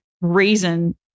reason